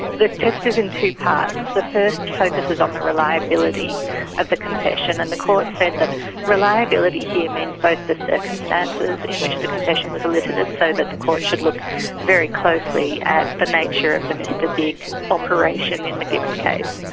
the test is in two parts. the first focuses on the reliability of the confession, and the court said that reliability here means both the circumstances in which the confession was elicited, so that the court should look very closely at the nature of the mr big operation in the given case.